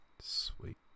Sweet